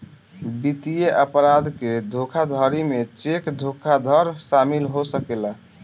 वित्तीय अपराध के धोखाधड़ी में चेक धोखाधड़ शामिल हो सकेला